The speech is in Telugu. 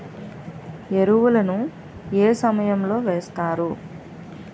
ఎరువుల ను ఏ సమయం లో వేస్తారు?